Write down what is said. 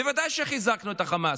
בוודאי שחיזקנו את חמאס,